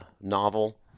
novel